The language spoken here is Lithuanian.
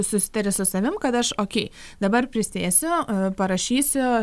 susitari su savim kad aš okei dabar prisėsiu parašysiu